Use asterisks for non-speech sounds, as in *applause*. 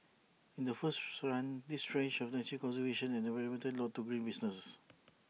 in the first run these ranged from nature conservation and environmental law to green businesses *noise*